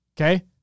okay